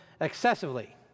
excessively